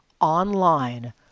online